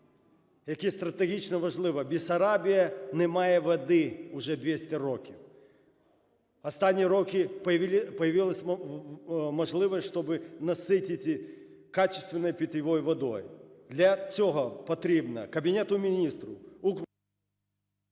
яке стратегічно важливе. В Бессарабії немає води вже 200 років. Останні роки появилась можливість, щоб наситити качественной питьевой водой. Для цього потрібно Кабінету Міністрів…